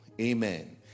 amen